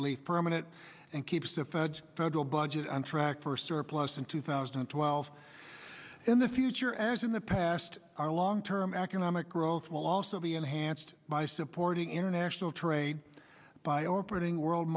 relief permanent and keeps the fed federal budget on track for surplus in two thousand and twelve in the future as in the past our long term economic growth will also be enhanced by supporting international trade by operating world